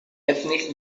ètnic